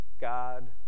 God